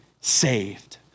saved